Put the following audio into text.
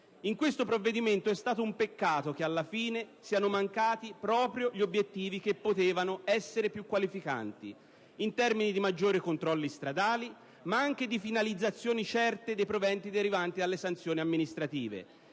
in questo provvedimento, alla fine, siano mancati proprio gli obiettivi che potevano essere più qualificanti, in termini di maggiori controlli stradali, ma anche di finalizzazioni certe dei proventi derivanti dalle sanzioni amministrative